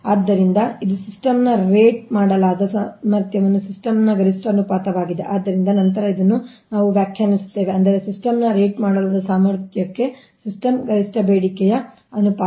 ಆದ್ದರಿಂದ ಇದು ಸಿಸ್ಟಮ್ನ ರೇಟ್ ಮಾಡಲಾದ ಸಾಮರ್ಥ್ಯಕ್ಕೆ ಸಿಸ್ಟಮ್ನ ಗರಿಷ್ಠ ಅನುಪಾತವಾಗಿದೆ ಆದ್ದರಿಂದ ನಂತರ ಇದನ್ನು ನಾವು ವ್ಯಾಖ್ಯಾನಿಸುತ್ತೇವೆ ಅಂದರೆ ಸಿಸ್ಟಮ್ನ ರೇಟ್ ಮಾಡಲಾದ ಸಾಮರ್ಥ್ಯಕ್ಕೆ ಸಿಸ್ಟಮ್ನ ಗರಿಷ್ಠ ಬೇಡಿಕೆಯ ಅನುಪಾತ